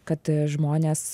kad žmonės